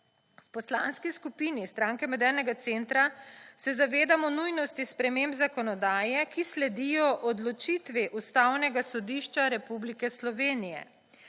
V Poslanski skupini Stranke modernega centra se zavedamo nujnosti sprememb zakonodaje, ki sledijo odločitvi Ustavnega sodišča Republike Slovenije.